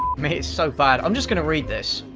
me, it's so bad! i'm just gonna read this.